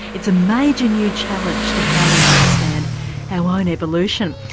it's a major new challenge to how we understand our own evolution.